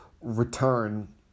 return